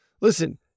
listen